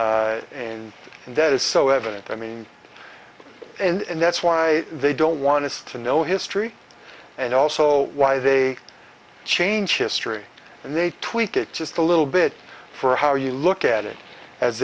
and that is so evident i mean and that's why they don't want us to know history and also why they change history and they tweak it just a little bit for how you look at it as